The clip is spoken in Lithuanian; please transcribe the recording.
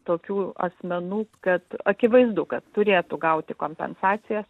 tokių asmenų kad akivaizdu kad turėtų gauti kompensacijas